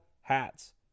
hats